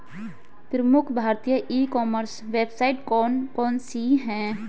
प्रमुख भारतीय e commerce website कौन कौन सी हैं?